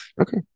okay